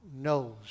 knows